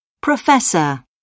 Professor